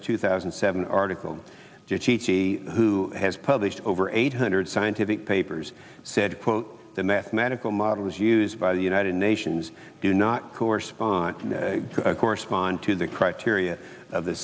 h two thousand and seven article to teach he who has published over eight hundred scientific papers said quote the mathematical models used by the united nations do not correspond correspond to the criteria of the